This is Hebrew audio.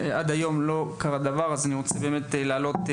עד היום לא קרה דבר אז אני רוצה באמת להעלות את